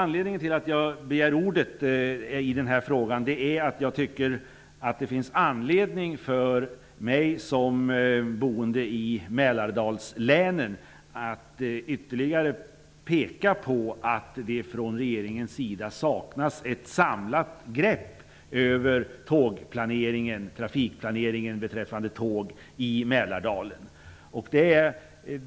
Anledningen till att jag begärde ordet i det här ärendet är att jag tycker att det finns anledning för mig som boende i Mälardalslänen att ytterligare peka på att det från regeringens sida saknas ett samlat grepp över trafikplaneringen beträffande tåg i Mälardalen.